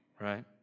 right